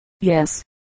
Yes